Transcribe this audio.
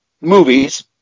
movies